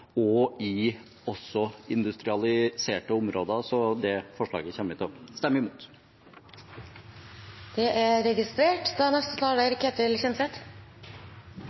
også i industrialiserte områder. Så det forslaget kommer vi til å stemme imot. Det er registrert. Representanten Ketil Kjenseth